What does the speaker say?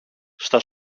στα